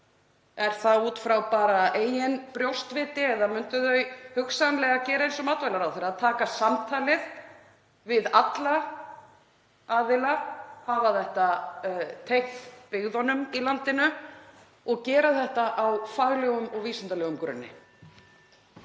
Er það bara út frá eigin brjóstviti eða myndu þau hugsanlega gera eins og matvælaráðherra, að taka samtalið við alla aðila, hafa þetta tengt byggðunum í landinu og gera þetta á faglegum og vísindalegum grunni?